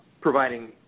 providing